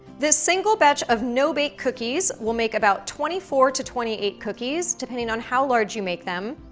this single batch of no-bake cookies will make about twenty four to twenty eight cookies, depending on how large you make them,